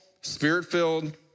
spirit-filled